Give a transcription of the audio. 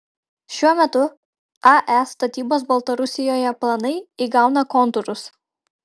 šiuo metu ae statybos baltarusijoje planai įgauna kontūrus